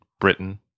Britain